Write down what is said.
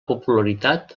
popularitat